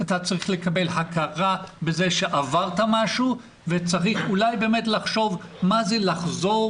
אתה צריך לקבל הכרה בזה שעברת משהו וצריך אולי באמת לחשוב מה זה לחזור,